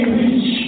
reach